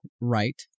right